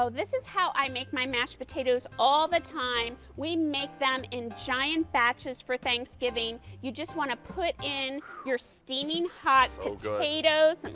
so this is how i make my mashed potatoes all the time, we make them in giant batches for thanksgiving, you just want to put in your steamy, hot potatoes. and